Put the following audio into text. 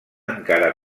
encara